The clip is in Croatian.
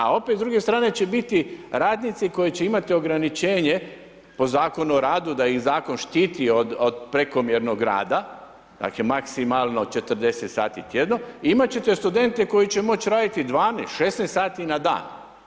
A opet s druge stane, će biti radnici koji će imati ograničenje, po zakonu o radu da ih zakon štiti od prekomjernog rada, dakle, maksimalno 40 sati tjedno i imati ćete studente, koji će moći raditi 12, 16 sati na dan.